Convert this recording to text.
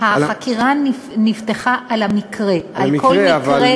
החקירה נפתחה על המקרה, על כל מקרה